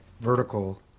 vertical